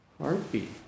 heartbeat